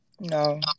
No